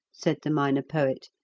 said the minor poet,